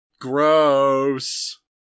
Gross